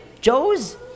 Joe's